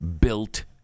built